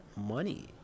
money